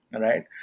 right